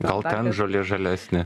gal ten žolė žalesnė